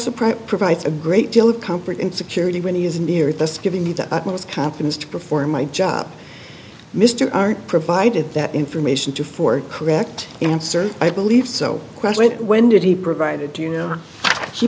surprise provides a great deal of comfort and security when he is near it that's giving me the utmost confidence to perform my job mr art provided that information to for correct answer i believe so question when did he provided you know he